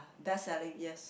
best selling yes